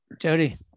Jody